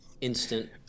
instant